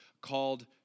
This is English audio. called